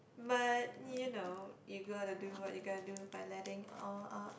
but you know you got to do what you got to do by letting all out